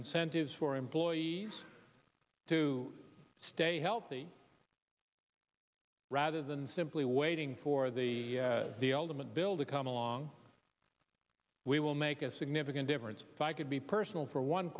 incentives for employees to stay healthy rather than simply waiting for the ultimate bill to come along we will make a significant difference if i could be personal for one